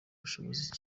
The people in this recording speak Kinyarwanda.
bushobozi